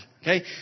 okay